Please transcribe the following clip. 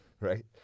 right